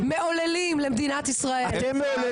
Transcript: קדימה,